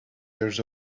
years